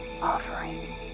offering